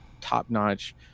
top-notch